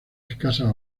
escasas